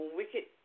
wicked